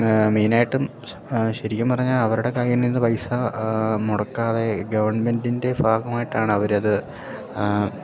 മെയിനായിട്ടും ശരിക്കും പറഞ്ഞാൽ അവരുടെ കൈയിൽ നിന്ന് പൈസ മുടക്കാതെ ഗവൺമെൻറ്റിൻ്റെ ഭാഗമായിട്ടാണ് അവരത്